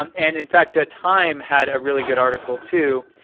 um and in fact, ah time had a really good article, too,